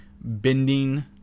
bending